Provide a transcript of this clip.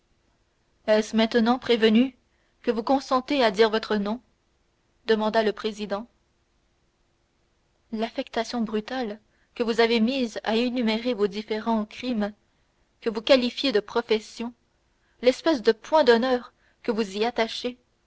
est-ce maintenant prévenu que vous consentez à dire votre nom demanda le président l'affectation brutale que vous avez mise à énumérer vos différents crimes que vous qualifiez de profession l'espèce de point d'honneur que vous y attachez